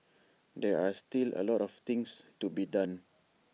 there are still A lot of things to be done